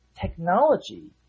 technology